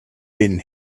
been